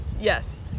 yes